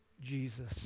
Jesus